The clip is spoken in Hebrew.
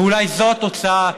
ואולי זאת התוצאה,